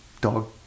dog